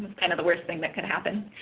kind of the worst thing that could happen.